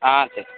ஆ சரி